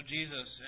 Jesus